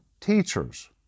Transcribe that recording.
teachers